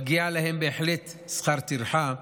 מגיע להם בהחלט שכר טרחה,